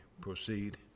proceed